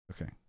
Okay